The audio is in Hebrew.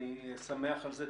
אני שמח על זה.